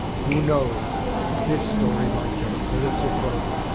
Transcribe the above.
who knows but this story might get a pulitzer prize,